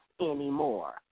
anymore